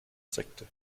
sekte